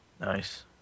Nice